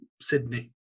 Sydney